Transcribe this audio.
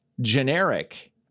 generic